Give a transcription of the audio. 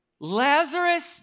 Lazarus